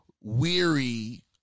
weary